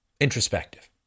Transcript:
introspective